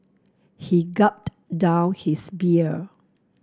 he gulped down his beer